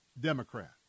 Democrat